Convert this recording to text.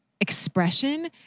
expression